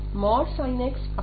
sin x